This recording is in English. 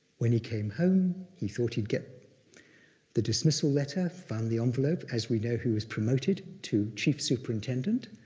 when he came home, he thought he'd get the dismissal letter, found the envelope, as we know he was promoted to chief superintendent.